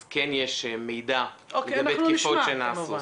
אז כן יש מידע לגבי תקיפות שנעשו.